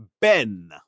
ben